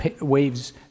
waves